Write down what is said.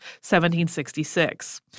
1766